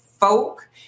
folk